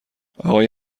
آقای